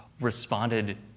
responded